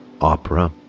opera